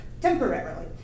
temporarily